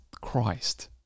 Christ